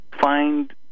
find